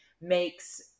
makes